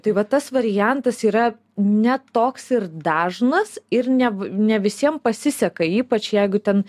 tai va tas variantas yra ne toks ir dažnas ir ne ne visiem pasiseka ypač jeigu ten